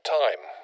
time